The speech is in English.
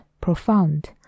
profound